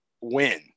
win